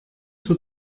für